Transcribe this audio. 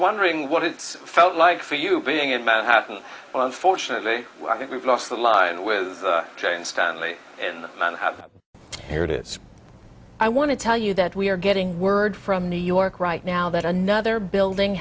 wondering what it felt like for you being in manhattan well unfortunately i think we've lost the line with jane stanley and have here it is i want to tell you that we are getting word from new york right now that another building